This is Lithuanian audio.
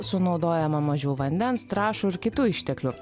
sunaudojama mažiau vandens trąšų ir kitų išteklių